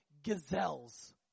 gazelles